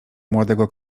młodego